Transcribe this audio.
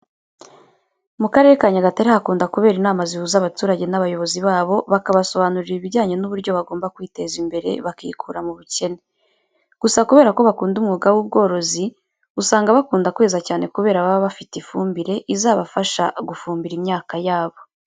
Mu Karere ka Nyagatare hakunda kubera inama zihuza abaturage n'abayobozi babo bakabasobanurira ibijyanye n'uburyo bagomba kwiteza imbere bakikura mu bukene. Gusa kubera ko bakunda umwuga w'ubworozi usanga bakunda kweza cyane kubera baba bafite ifumbire izabafasha gufumbira imyaka yabo.